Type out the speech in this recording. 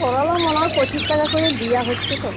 করলা মনে হয় পঁচিশ টাকা করে দেওয়া হচ্ছে তো